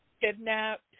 kidnapped